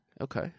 Okay